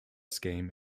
scheme